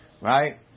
right